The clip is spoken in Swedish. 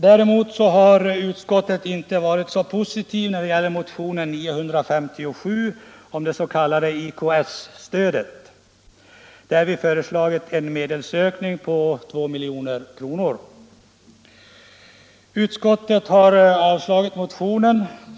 Däremot har utskottet inte varit så positivt till motionen 957 om det s.k. IKS-stödet, där vi föreslagit en medelsökning på 2 milj.kr. Utskottet har avstyrkt motionen.